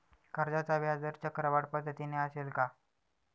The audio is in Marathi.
कर्जाचा व्याजदर चक्रवाढ पद्धतीने असेल का?